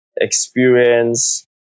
experience